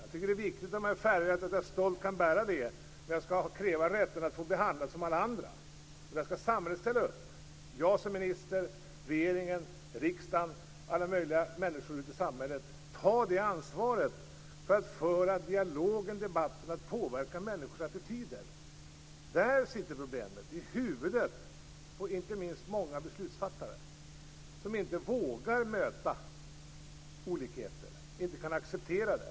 Jag tycker att det är viktigt att man stolt kan bära att man är färgad, och man skall kräva rätten att få bli behandlad som alla andra. Där skall samhället ställa upp, jag som minister, regeringen, riksdagen och alla människor ute i samhället. Vi skall ta ansvar för att föra dialogen och debatten och genom detta påverka människors attityder. Där sitter problemet, och inte minst i huvudet på många beslutsfattare som inte vågar möta olikheter och inte kan acceptera dem.